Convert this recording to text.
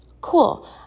cool